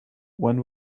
when